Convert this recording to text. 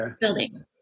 building